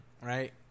right